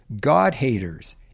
God-haters